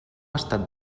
estat